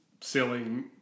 selling